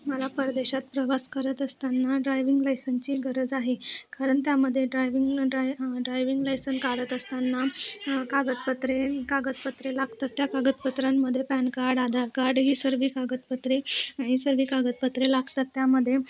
मला परदेशात प्रवास करत असताना ड्रायविंग लायसनची गरज आहे कारण त्यामध्ये ड्रायविंग ड्राय ड्रायविंग लायसन काढत असताना कागदपत्रे कागदपत्रे लागतात त्या कागदपत्रांमध्ये पॅन काड आधार काड ही सर्व कागदपत्रे ही सर्व कागदपत्रे लागतात त्यामध्ये